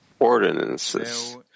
Ordinances